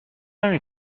نمی